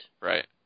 Right